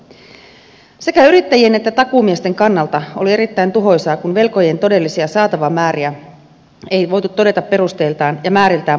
sekä yrittäjien että takuumiesten kannalta oli erittäin tuhoisaa kun velkojen todellisia saatavamääriä ei voitu todeta perusteiltaan ja määriltään paikkansapitäviksi